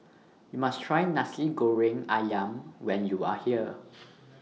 YOU must Try Nasi Goreng Ayam when YOU Are here